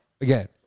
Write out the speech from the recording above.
again